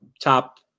top